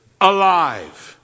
alive